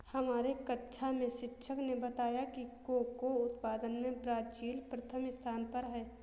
हमारे कक्षा में शिक्षक ने बताया कि कोको उत्पादन में ब्राजील प्रथम स्थान पर है